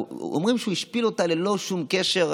אומרים שהוא השפיל אותה ללא שום קשר.